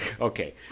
okay